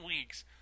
weeks